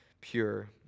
pure